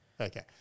Okay